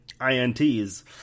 ints